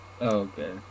Okay